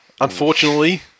unfortunately